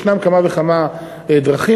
יש כמה וכמה דרכים,